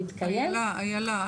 להתקיים --- איילה,